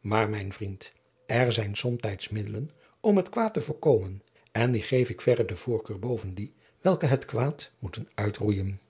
maar mijn vriend er zijn fomtijds middelen om het kwaad te voorkomen en die geef ik verre de voorkeur boven die welke het kwaad moeten uitrooijen